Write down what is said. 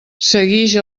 seguix